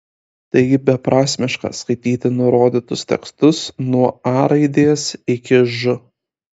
taigi beprasmiška skaityti nurodytus tekstus nuo a raidės iki ž